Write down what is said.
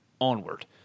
onward